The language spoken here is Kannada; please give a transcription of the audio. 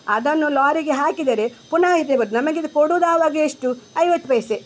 ಅದನ್ನು ಲಾರಿಗೆ ಹಾಕಿದ್ದೇನೆ ಪುನಃ ಈಚೆ ಬರೋದು ನಮಗಿದು ಕೊಡೋದು ಆವಾಗ ಎಷ್ಟು ಐವತ್ತು ಪೈಸೆ